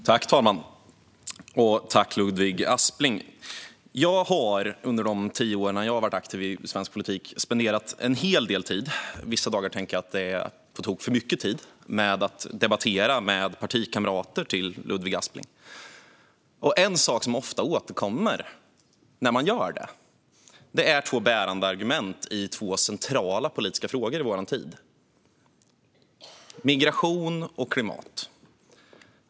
Fru talman! Tack, Ludvig Aspling! Jag har under de tio år jag varit aktiv i svensk politik spenderat en hel del tid - vissa dagar tänker jag att det är på tok för mycket tid - med att debattera med partikamrater till Ludvig Aspling. En sak som ofta återkommer när man gör detta är två bärande argument i två för vår tid centrala politiska frågor: migration och klimat.